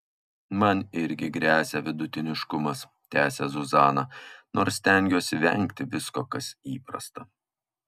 man irgi gresia vidutiniškumas tęsia zuzana nors stengiuosi vengti visko kas įprasta